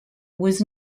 was